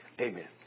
Amen